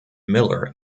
miller